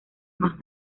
más